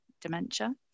dementia